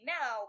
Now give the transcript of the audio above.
now